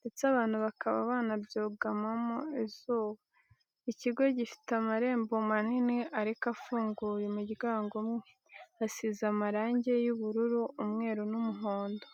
ndetse abantu bakaba banabyugamamo izuba, ikigo gifite amarembo manini ariko afunguye umuryango umwe, hasize amarange y'ubururu, umweru n'umuhondo.